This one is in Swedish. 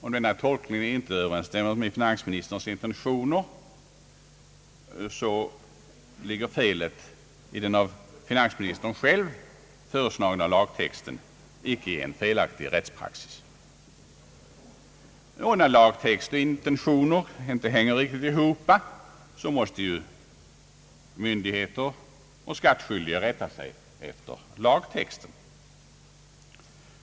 Om den inte överensstämmer med finansministerns intentioner, ligger felet i den av finansministern själv föreslagna lagtexten, icke i en felaktig rättspraxis. När lagtext och intentioner inte hänger ihop, måste ju myndigheter och skattskyldiga rätta sig efter lagtexten.